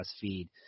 feed